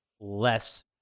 less